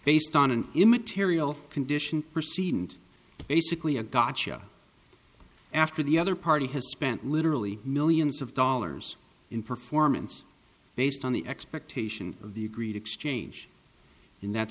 based on an immaterial condition proceed and basically a gotcha after the other party has spent literally millions of dollars in performance based on the expectation of the agreed exchange in that